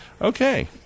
Okay